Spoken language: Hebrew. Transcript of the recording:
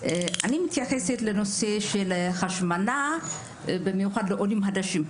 אני מתייחסת לנושא השמנה במיוחד לעולים חדשים.